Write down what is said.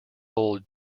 old